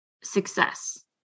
success